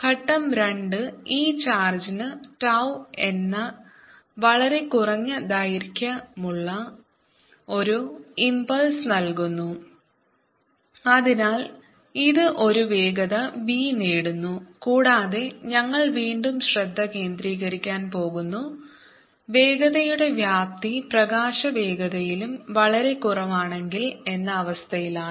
ഘട്ടം രണ്ട് ഈ ചാർജിന് tau എന്ന വളരെ കുറഞ്ഞ ദൈർഘ്യമുള്ള ഒരു ഇമ്പ്പ്ളസ് നൽകുന്നു അതിനാൽ ഇത് ഒരു വേഗത v നേടുന്നു കൂടാതെ ഞങ്ങൾ വീണ്ടും ശ്രദ്ധ കേന്ദ്രീകരിക്കാൻ പോകുന്നു വേഗതയുടെ വ്യാപ്തി പ്രകാശവേഗതയിലും വളരെ കുറവാണെങ്കിൽ എന്ന അവസ്ഥയിലാണ്